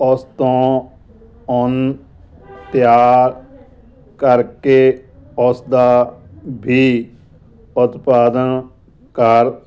ਉਸ ਤੋਂ ਉੱਨ ਤਿਆਰ ਕਰਕੇ ਉਸਦਾ ਵੀ ਉਤਪਾਦਨ ਕਰ